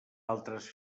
altres